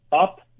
up